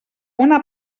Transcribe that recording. una